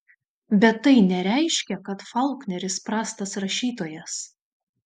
bet tai nereiškia kad faulkneris prastas rašytojas